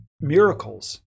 miracles